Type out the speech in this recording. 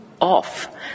off